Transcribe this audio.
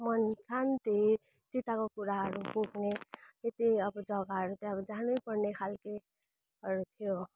मन शान्ति चिताको कुराहरू पुग्ने यति अब जग्गाहरू त्यहाँ जानैपर्ने खालकोहरू त्यो